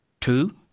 Two